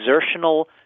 exertional